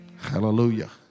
Hallelujah